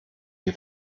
die